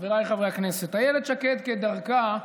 חבריי חברי הכנסת, אילת שקד, כדרכה,